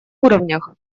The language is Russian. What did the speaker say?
уровнях